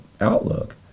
outlook